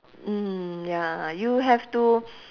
mm ya you have to